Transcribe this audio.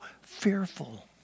fearful